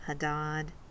Hadad